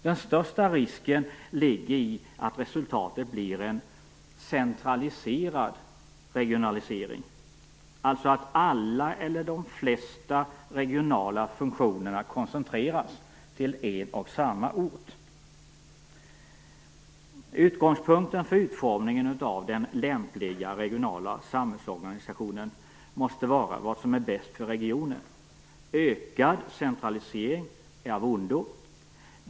Den största risken ligger i att resultatet blir en centraliserad regionalisering, alltså att alla eller de flesta regionala funktioner koncentreras till en och samma ort. Utgångspunkten för utformningen av den lämpliga regionala samhällsorganisationen måste vara vad som är bäst för regionen. Ökad centralisering är av ondo.